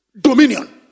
Dominion